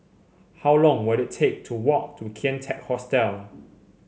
how long will it take to walk to Kian Teck Hostel